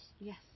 Yes